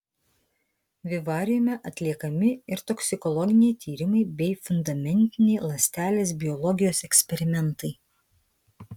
vivariume atliekami ir toksikologiniai tyrimai bei fundamentiniai ląstelės biologijos eksperimentai